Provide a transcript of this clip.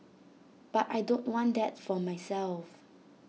but I don't want that for myself